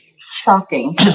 Shocking